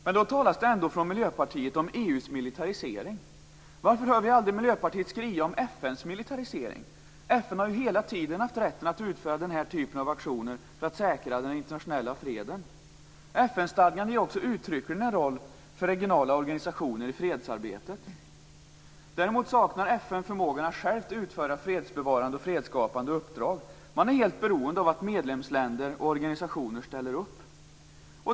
Men det talas ändå från Miljöpartiets sida om EU:s militarisering. Varför hör vi aldrig Miljöpartiet skria om FN:s militarisering? FN har ju hela tiden haft rätten att utföra den här typen av aktioner för att säkra den internationella freden. FN-stadgan spelar ju också uttryckligen en roll för regionala organisationer i fredsarbetet. Däremot saknar FN förmågan att självt utföra fredsbevarande och fredsskapande uppdrag. Man är helt beroende av att medlemsländer och organisationer ställer upp.